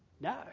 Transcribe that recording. No